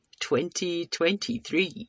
2023